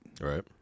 right